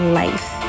life